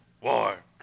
war